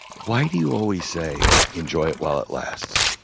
why do you always say enjoy it while it lasts?